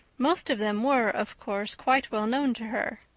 most of them were, of course, quite well known to her.